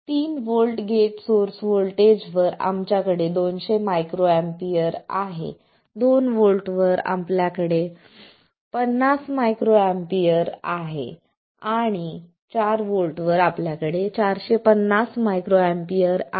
तीन volt gate source व्होल्टेजवर आमच्याकडे 200 µA आहे दोन व्होल्टवर आपल्याकडे 50 µA आहे आणि 4 व्होल्टवर आपल्याकडे 450 µA आहे